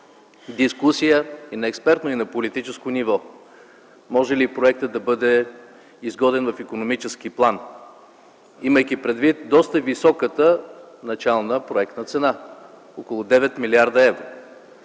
спор-дискусия – и на експертно, и на политическо ниво. Може ли проектът да бъде изгоден в икономически план, имайки предвид доста високата начална проектна цена – около 9 млрд. евро?